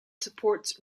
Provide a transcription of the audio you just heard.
supports